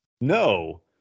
No